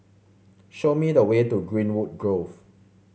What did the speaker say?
show me the way to Greenwood Grove